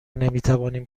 نمیتوانیم